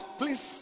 please